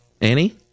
Annie